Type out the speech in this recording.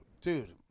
Dude